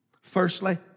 Firstly